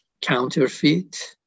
counterfeit